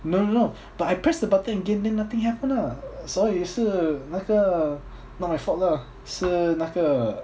no no no but I press the button again then nothing happened ah 所以是那个 not my fault lah 是那个